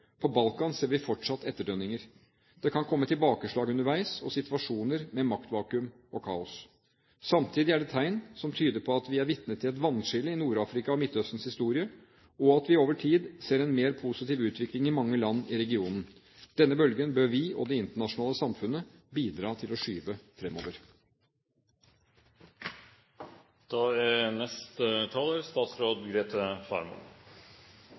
På Balkan ser vi fortsatt etterdønninger. Det kan komme tilbakeslag underveis og situasjoner med maktvakuum og kaos. Samtidig er det tegn som tyder på at vi er vitne til et vannskille i Nord-Afrika og Midtøstens historie, og at vi over tid ser en mer positiv utvikling i mange land i regionen. Denne bølgen bør vi og det internasjonale samfunnet bidra til å skyve fremover. Da følger jeg opp, og jeg er